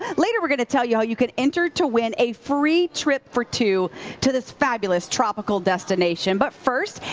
later, we're going to tell you how you can enter to win a free trip for two to this fabulous tropical destination. but first,